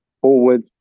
forward